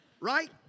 right